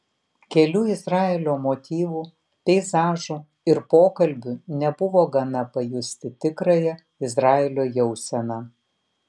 kelių izraelio motyvų peizažų ir pokalbių nebuvo gana pajusti tikrąją izraelio jauseną